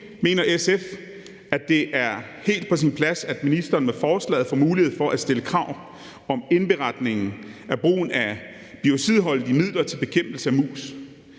mener SF, at det er helt på sin plads, at ministeren med forslaget får mulighed for at stille krav om indberetning af brugen af biocidholdige midler til bekæmpelse af mus.